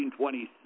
1927